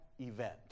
event